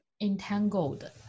entangled